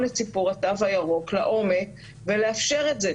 את סיפור התו הירוק לעומק ולאפשר את זה.